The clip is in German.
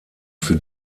für